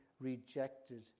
rejected